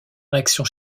réaction